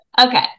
Okay